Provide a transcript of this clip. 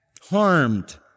harmed